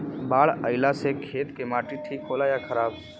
बाढ़ अईला से खेत के माटी ठीक होला या खराब?